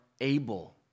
able